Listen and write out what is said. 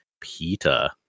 Peter